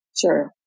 Sure